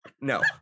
No